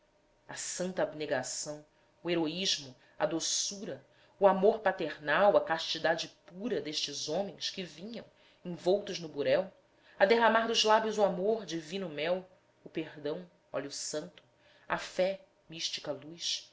a santa abnegação o heroísmo a doçura o amor paternal a castidade pura destes homens que vinham envoltos no burel a derramar dos lábios o amor divino mel o perdão óleo santo a fé mística luz